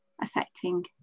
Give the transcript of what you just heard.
affecting